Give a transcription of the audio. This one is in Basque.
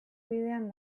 bidean